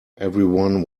everyone